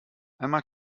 einmal